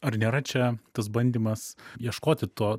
ar nėra čia tas bandymas ieškoti to